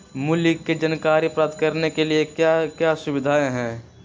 मूल्य के जानकारी प्राप्त करने के लिए क्या क्या सुविधाएं है?